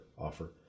offer